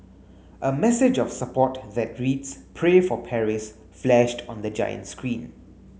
a message of support that reads Pray for Paris flashed on the giant screen